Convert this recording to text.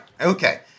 Okay